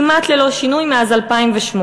כמעט ללא שינוי מאז 2008,